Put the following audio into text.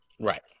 Right